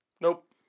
Nope